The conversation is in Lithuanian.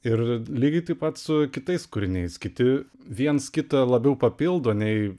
ir lygiai taip pat su kitais kūriniais kiti viens kitą labiau papildo nei